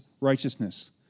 righteousness